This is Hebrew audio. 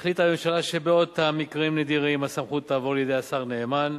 החליטה הממשלה שבאותם מקרים נדירים הסמכות תעבור לידי השר נאמן,